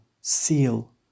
seal